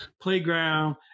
playground